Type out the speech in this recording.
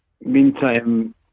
meantime